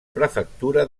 prefectura